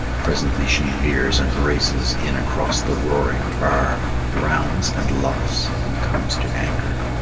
presently she veers and races in across the roaring bar rounds and luffs and comes to anchor,